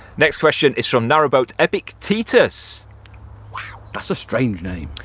next question is from narrowboat epictetus wow! that's a strange name.